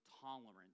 tolerant